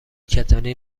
کتانی